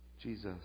Jesus